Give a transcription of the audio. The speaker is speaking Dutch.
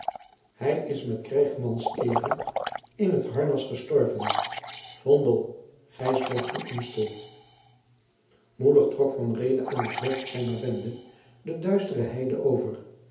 hij is met krijghsmans eere in t harrenas gestorven v o n d e l gysbrecht van aemstel moedig trok van reede aan t hoofd zijner bende de duistere heide over